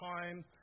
time